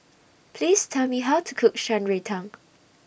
Please Tell Me How to Cook Shan Rui Tang